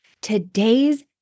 Today's